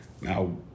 Now